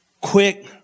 quick